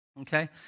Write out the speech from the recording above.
Okay